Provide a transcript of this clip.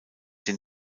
den